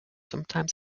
sometimes